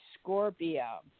Scorpio